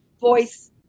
voice